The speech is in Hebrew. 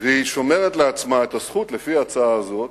והיא שומרת לעצמה את הזכות, לפי ההצעה הזאת,